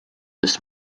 this